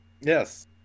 Yes